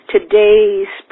Today's